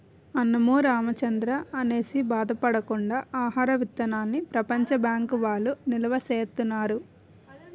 అన్నమో రామచంద్రా అనేసి బాధ పడకుండా ఆహార విత్తనాల్ని ప్రపంచ బ్యాంకు వౌళ్ళు నిలవా సేత్తన్నారు